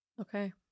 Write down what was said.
Okay